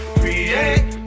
create